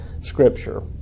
scripture